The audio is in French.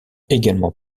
également